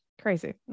Crazy